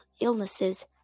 illnesses